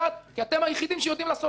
כי אתם היחידים שיודעים לעשות את זה.